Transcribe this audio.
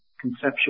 conceptual